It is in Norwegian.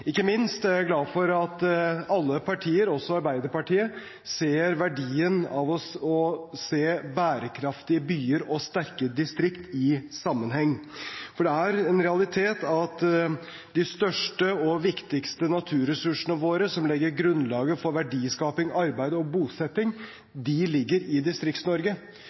Ikke minst er jeg glad for at alle partier, også Arbeiderpartiet, ser verdien av å se bærekraftige byer og sterke distrikt i sammenheng. Det er en realitet at de største og viktigste naturressursene våre som legger grunnlaget for verdiskaping, arbeid og bosetting, ligger i